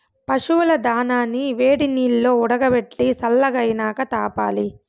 పశువుల దానాని వేడినీల్లో ఉడకబెట్టి సల్లగైనాక తాపాలి